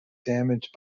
damaged